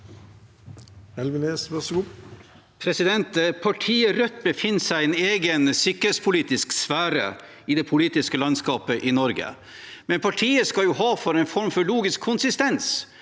Partiet Rødt befinner seg i en egen sikkerhetspolitisk sfære i det politiske landskapet i Norge, men partiet skal ha for en form for logisk konsistens.